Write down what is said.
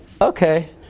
Okay